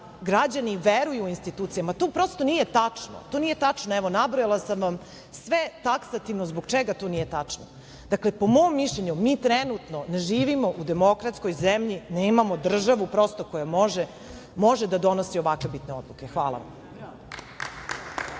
građani veruju u institucije. To prosto nije tačno. To nije tačno. Nabrojala sam vam sve taksativno zbog čega to nije tačno. Dakle, po mom mišljenju, mi trenutno ne živimo u demokratskoj zemlji, nemamo državu prosto koja može da donosi ovakve bitne odluke. Hvala vam.